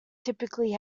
typically